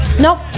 Nope